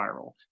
viral